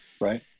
right